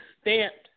stamped